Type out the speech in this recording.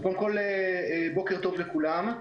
קודם כל, בוקר טוב לכולם.